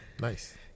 nice